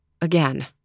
Again